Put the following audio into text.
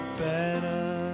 better